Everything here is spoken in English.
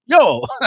Yo